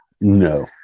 No